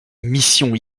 mission